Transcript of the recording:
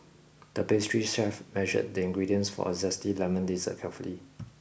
the pastry chef measured the ingredients for a zesty lemon dessert carefully